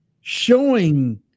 showing